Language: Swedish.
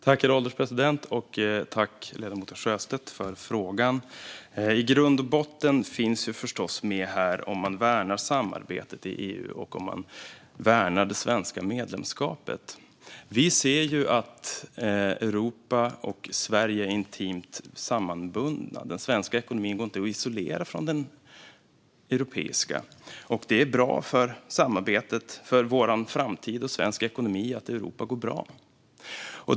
Herr ålderspresident! Jag tackar ledamoten Sjöstedt för frågan. I grund och botten finns det förstås med här om man värnar samarbetet i EU och om man värnar det svenska medlemskapet. Vi ser att Europa och Sverige är intimt sammanbundna. Den svenska ekonomin går inte att isolera från den europeiska. Det är bra för samarbetet, för vår framtid och för svensk ekonomi att Europa går bra.